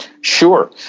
Sure